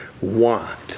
want